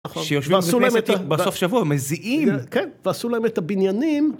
שיושבים בסוף שבוע מזיעים ועשו להם את הבניינים